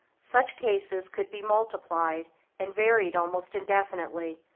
such cases could be multiplied and varied almost indefinitely,